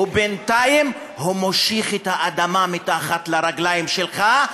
ובינתיים הוא מושך את האדמה מתחת לרגליים שלך,